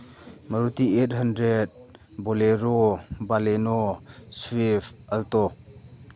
Maruti eight hundred bolero Baleno swift alto